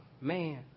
man